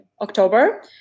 October